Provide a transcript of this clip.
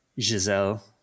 Giselle